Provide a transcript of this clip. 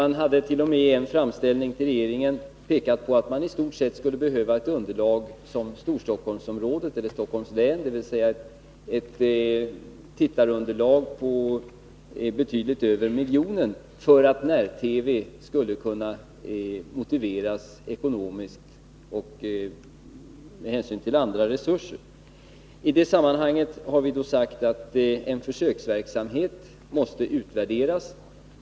I en framställning till regeringen har man pekat på att man skulle behöva ett tittarunderlag som i stort sett motsvarade Storstockholmsområdet eller Stockholms län, dvs. ett underlag som omfattade betydligt över en miljon tittare, för att när-TV skulle kunna motiveras ekonomiskt med hänsyn till andra resurser. I det sammanhanget har vi sagt att försöksverksamheten måste utvärderas.